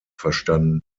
verstanden